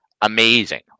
Amazing